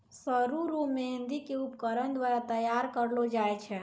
सरु रो मेंहदी के उपकरण द्वारा तैयार करलो जाय छै